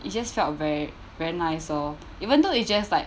it just felt very very nice oh even though it's just like